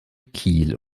kiel